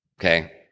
Okay